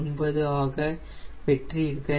959 ஆக பெற்றீர்கள்